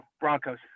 Broncos